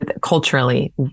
culturally